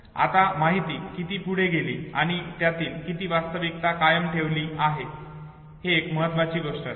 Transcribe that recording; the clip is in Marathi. आता माहिती किती पुढे गेली आणि त्यातील किती वास्तविकता कायम ठेवली आहे ही एक महत्वाची गोष्ट असते